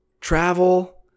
Travel